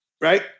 Right